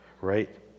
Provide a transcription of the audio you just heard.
Right